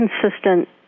consistent